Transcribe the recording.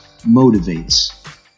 motivates